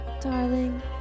Darling